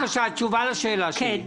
בבקשה, תשובה לשאלה שלי.